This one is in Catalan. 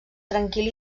tranquil